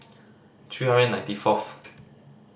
three hundred ninety fourth